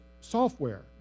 software